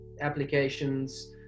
applications